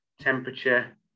Temperature